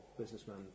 businessman